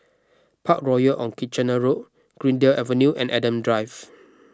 Parkroyal on Kitchener Road Greendale Avenue and Adam Drive